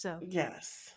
Yes